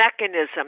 mechanism